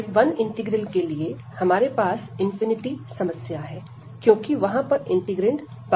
type 1 integral के लिए हमारे पास ∞ समस्या है क्योंकि वहां पर इंटीग्रैंड बॉउंडेड है